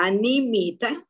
Animita